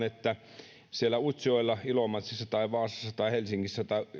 että utsjoella ilomantsissa vaasassa helsingissä tai